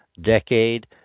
decade